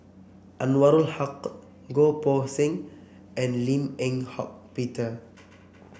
Anwarul Haque Goh Poh Seng and Lim Eng Hock Peter